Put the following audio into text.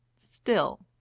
still,